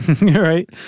Right